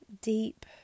deep